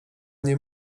nie